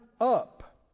up